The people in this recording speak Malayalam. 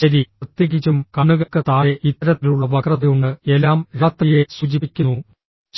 ശരി പ്രത്യേകിച്ചും കണ്ണുകൾക്ക് താഴെ ഇത്തരത്തിലുള്ള വക്രതയുണ്ട് എല്ലാം രാത്രിയെ സൂചിപ്പിക്കുന്നു